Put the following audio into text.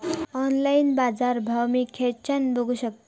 Online बाजारभाव मी खेच्यान बघू शकतय?